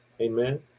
Amen